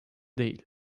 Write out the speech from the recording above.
değil